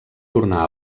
tornar